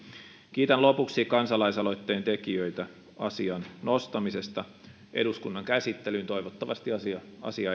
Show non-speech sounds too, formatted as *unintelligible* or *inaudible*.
kiitän lopuksi kansalaisaloitteen tekijöitä asian nostamisesta eduskunnan käsittelyyn toivottavasti asia *unintelligible*